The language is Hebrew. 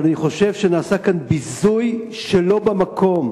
אבל אני חושב שנעשה כאן ביזוי שלא במקום,